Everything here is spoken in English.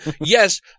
yes